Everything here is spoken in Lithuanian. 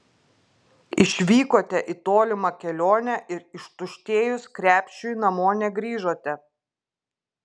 išvykote į tolimą kelionę ir ištuštėjus krepšiui namo negrįžote